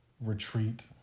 retreat